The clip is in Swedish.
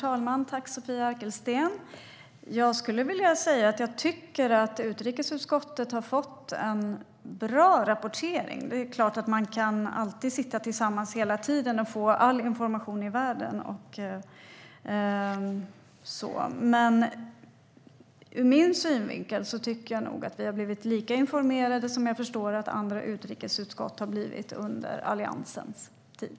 Herr talman! Jag tycker att utrikesutskottet har fått en bra rapportering. Det är klart att man skulle kunna sitta tillsammans hela tiden och få all information i världen, men ur min synvinkel tycker jag nog att vi har blivit lika informerade som jag förstår att andra utrikesutskott blev under Alliansens tid.